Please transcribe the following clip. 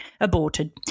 aborted